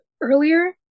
earlier